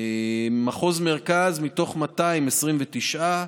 מחוז מרכז, מתוך 200, 29,